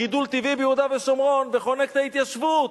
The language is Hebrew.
גידול טבעי ביהודה ושומרון, וחונק את ההתיישבות.